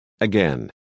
Again